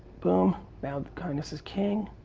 boom, now the kindness is king.